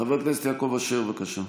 חברת הכנסת גולן, קודם כול בישיבה, לא בעמידה.